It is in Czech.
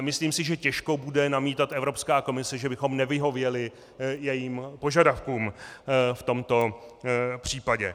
Myslím si, že těžko bude namítat Evropská komise, že bychom nevyhověli jejím požadavkům v tomto případě.